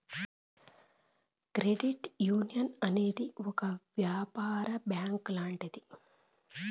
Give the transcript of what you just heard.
credit union అనేది ఒక యాపార బ్యాంక్ లాంటిది